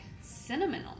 cinnamon